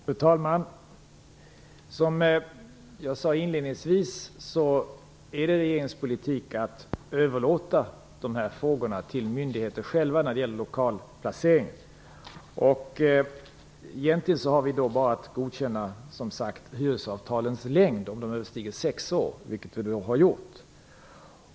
Fru talman! Som jag sade inledningsvis är det regeringens politik att överlåta frågor när det gäller lokalplacering till myndigheterna själva. Egentligen har regeringen bara att godkänna hyresavtalens längd om de överstiger sex år, vilket här är fallet.